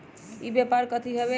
ई व्यापार कथी हव?